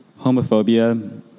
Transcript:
Homophobia